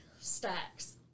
Stacks